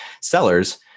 sellers